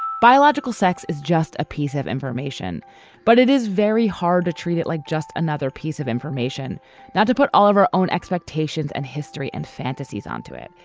biological sex is just a piece of information but it is very hard to treat it like just another piece of information not to put all of our own expectations and history and fantasies onto it.